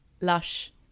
lush